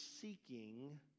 seeking